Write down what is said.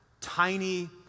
tiny